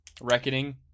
Reckoning